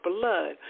blood